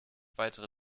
weitere